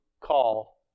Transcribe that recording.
call